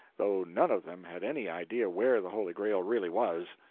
though none of them had any idea where the holy grail really was,